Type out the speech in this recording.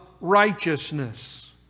righteousness